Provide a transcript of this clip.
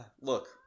Look